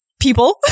People